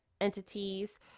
entities